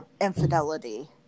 infidelity